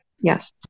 yes